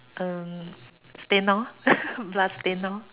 um stain lor blood stain lor